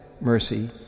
mercy